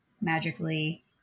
magically